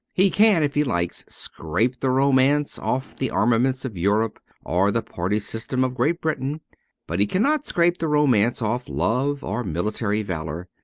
he can, if he likes, scrape the romance off the armaments of europe or the party system of great britain but he cannot scrape the romance off love or military valour,